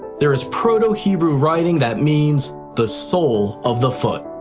there is proto-hebrew writing that means the sole of the foot.